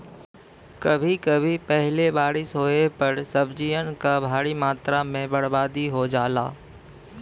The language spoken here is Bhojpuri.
कभी कभी पहिले बारिस होये पर सब्जियन क भारी मात्रा में बरबादी हो जाला